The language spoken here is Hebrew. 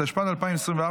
התשפ"ד 2024,